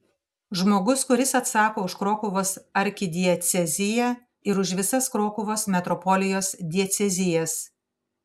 žmogus kuris atsako už krokuvos arkidieceziją ir už visas krokuvos metropolijos diecezijas